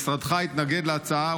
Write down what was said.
משרדך התנגד להצעה,